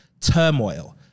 turmoil